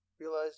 Realize